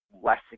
less